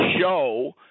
show